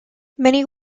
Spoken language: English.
many